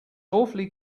awfully